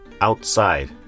outside